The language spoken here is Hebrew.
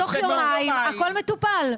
תוך יומיים הכל מטופל,